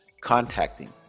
contacting